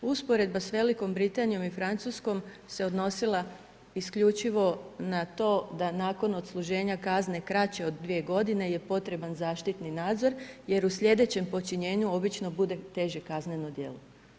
Usporedba sa Velikom Britanijom i Francuskom se odnosila isključivo na to da nakon odsluženja kazne kraće od 2 godine je potreban zaštitni nadzor jer u sljedećem počinjenju obično bude teže kazneno djelo.